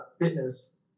fitness